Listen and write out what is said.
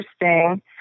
interesting